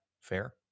fair